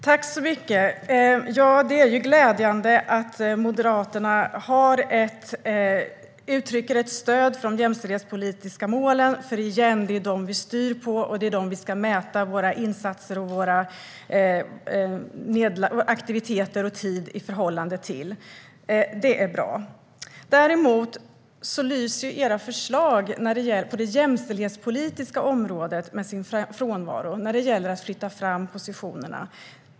Fru talman! Det är glädjande och bra att Moderaterna uttrycker ett stöd för de jämställdhetspolitiska målen, för det är ju dem vi styr utifrån, och det är i förhållande till dem som vi ska mäta våra insatser, aktiviteter och tid. Däremot lyser era förslag på det jämställdhetspolitiska området med sin frånvaro vad gäller att flytta fram positionerna.